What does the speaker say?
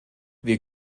wir